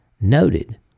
noted